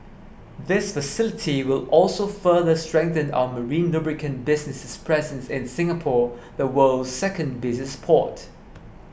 this facility will also further strengthen our marine lubricant business's presence in Singapore the world's second busiest port